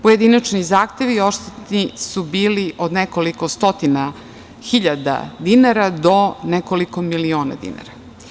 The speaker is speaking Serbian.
Pojedinačni zahtevi i oštećeni su bili od nekoliko stotina hiljada dinara do nekoliko miliona dinara.